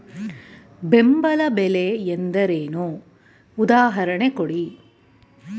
ಬೆಂಬಲ ಬೆಲೆ ಎಂದರೇನು, ಉದಾಹರಣೆ ಕೊಡಿ?